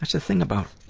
the thing about